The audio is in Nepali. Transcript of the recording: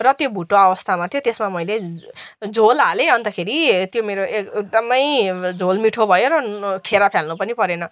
र त्यो भुटुवा अवस्थामा थियो त्यसमा मैले झोल हालेँ अन्तखेरि त्यो मेरो एकदमै झोल मिठो भयो र खेरो फाल्नु पनि परेन